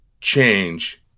change